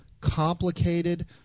complicated